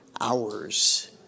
hours